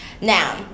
Now